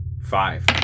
five